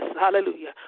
Hallelujah